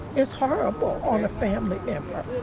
it's horrible on a family member.